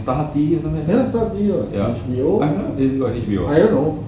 but that [one] starhub T_V [what] I don't know